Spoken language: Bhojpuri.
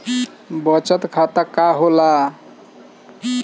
बचत खाता का होला?